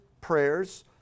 prayers